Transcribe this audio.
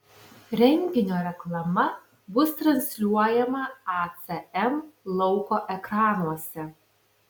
renginio reklama bus transliuojama acm lauko ekranuose